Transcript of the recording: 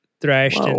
thrashed